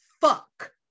fuck